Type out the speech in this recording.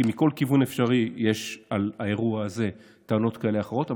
כי מכל כיוון אפשרי יש על האירוע הזה טענות כאלה ואחרות.